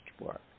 work